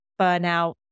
burnout